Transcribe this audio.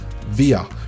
via